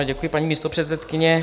Děkuji, paní místopředsedkyně.